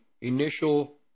initial